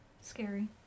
scary